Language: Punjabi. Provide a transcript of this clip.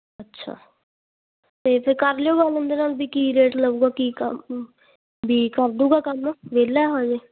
ਅੱਛਾ ਅਤੇ ਫਿਰ ਕਰ ਲਿਓ ਗੱਲ ਉਹਦੇ ਨਾਲ ਵੀ ਕੀ ਰੇਟ ਲਊਗਾ ਕੀ ਕੰਮ ਵੀ ਕਰ ਦੂਗਾ ਕੰਮ ਵਿਹਲਾ ਹਜੇ